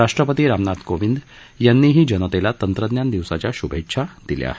राष्ट्रपती रामनाथ कोविंद यांनीही जनतेला तंत्रज्ञान दिवसाच्या शुभेच्छा दिल्या आहेत